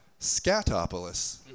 Scatopolis